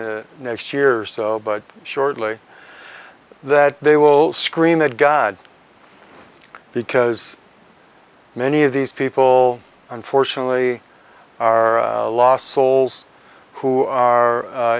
the next years but shortly that they will scream that god because many of these people unfortunately are lost souls who are